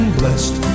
blessed